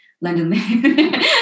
London